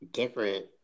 different